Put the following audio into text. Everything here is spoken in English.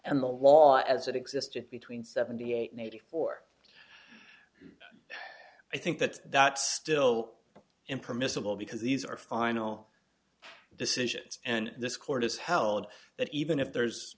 and the law as it existed between seventy eight and eighty four i think that that's still in permissible because these are final decisions and this court has held that even if there's